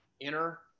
enter